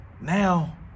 Now